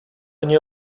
nie